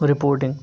reporting